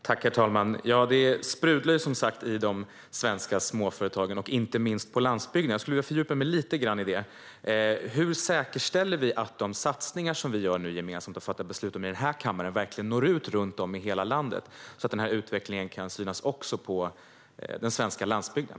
Herr talman! Ja, det sprudlar i de svenska småföretagen, inte minst på landsbygden. Jag skulle vilja fördjupa mig lite grann i det. Hur säkerställer vi att de satsningar som vi nu gör gemensamt och som vi fattar beslut om i denna kammare verkligen når ut i hela landet, så att denna utveckling kan synas också på den svenska landsbygden?